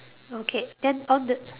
okay then on the